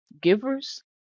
givers